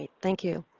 thank you.